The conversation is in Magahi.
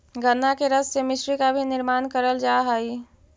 गन्ना के रस से मिश्री का भी निर्माण करल जा हई